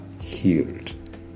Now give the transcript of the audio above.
healed